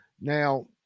now